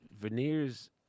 veneers